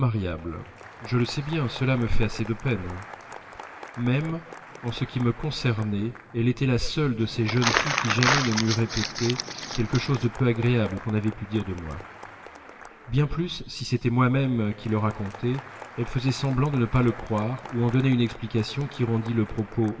je le sais bien cela me fait assez de peine même en ce qui me concernait elle était la seule de ces jeunes filles qui jamais ne m'eût répété quelque chose de peu agréable qu'on avait pu dire de moi bien plus si c'était moi-même qui le racontais elle faisait semblant de ne pas le croire ou en donnait une explication qui rendît le propos